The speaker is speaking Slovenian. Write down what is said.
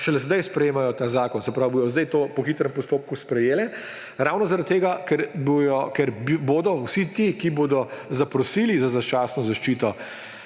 šele zdaj sprejemajo ta zakon; se pravi, ga bodo zdaj to po hitrem postopku sprejele ravno zaradi tega, ker bodo vsi ti, ki bodo zaprosili za začasno zaščito,